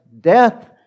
death